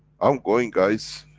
i'm going guys,